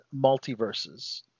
multiverses